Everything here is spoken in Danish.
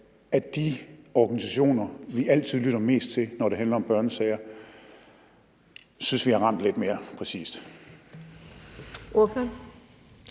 at de organisationer, vi altid lytter mest til, når det handler om børnesager, synes vi bliver ramt lidt mere præcist.